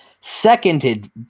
seconded